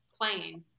playing